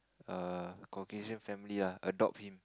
err Caucasian family lah adopt him